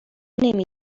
نمی